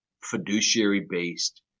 fiduciary-based